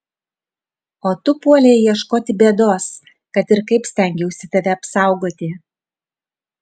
o tu puolei ieškoti bėdos kad ir kaip stengiausi tave apsaugoti